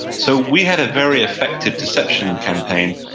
so we had a very effective deception campaign,